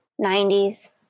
90s